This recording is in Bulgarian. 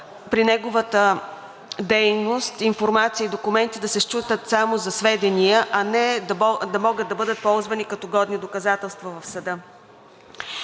с неговата дейност информация и документи да служат за сведение, а не да могат да бъдат ползвани като годни доказателства в съда.